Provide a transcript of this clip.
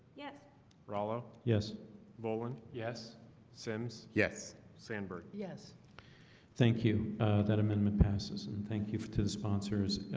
yes rallo. yes boland. yes simms. yes, sandburg. yes thank you that amendment passes and and thank you for to the sponsors